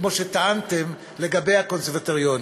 כמו שטענתם לגבי הקונסרבטוריונים.